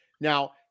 Now